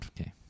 okay